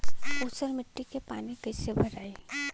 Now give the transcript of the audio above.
ऊसर मिट्टी में पानी कईसे भराई?